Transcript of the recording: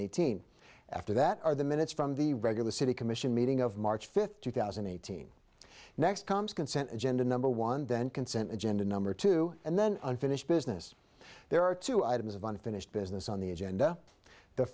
eighteen after that are the minutes from the regular city commission meeting of march fifth two thousand and eighteen next comes consent agenda number one then consent agenda number two and then unfinished business there are two items of unfinished business on the agenda the